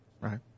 Right